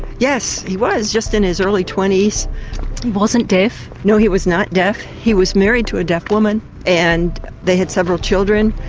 yes, he was just in his early twenty so wasn't deaf. no, he was not deaf. he was married to a deaf woman and they had several children.